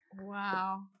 Wow